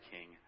King